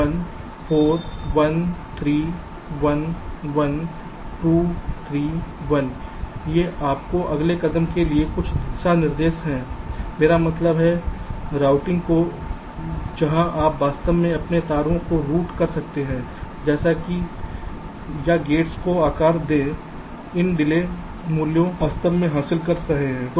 तो 1 4 1 3 1 1 2 3 1 ये आपके अगले कदम के लिए कुछ दिशा निर्देश हैं मेरा मतलब है रूटिंग को जहां आप वास्तव में अपने तारों को रूट कर सकते हैं जैसे कि या गेट्स को आकार दें इन डिले मूल्यों वास्तव में हासिल कर रहे हैं